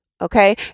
Okay